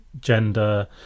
gender